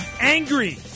angry